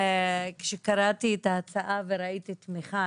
כשקראתי את ההצעה וראיתי תמיכה,